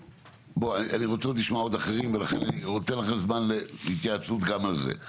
אני רוצה לשמוע עוד אנשים ואני נותן לכם זמן להתייעצות גם על זה.